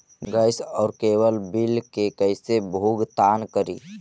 Gas और cable bill के कैसे भुगतान करी?